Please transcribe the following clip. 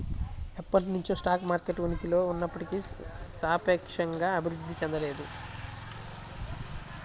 ఎప్పటినుంచో stock market ఉనికిలో ఉన్నప్పటికీ సాపేక్షంగా అభివృద్ధి చెందలేదు